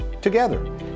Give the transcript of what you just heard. together